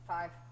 Five